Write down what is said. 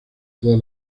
toda